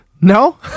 No